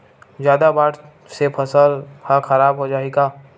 जादा बाढ़ से फसल ह खराब हो जाहि का?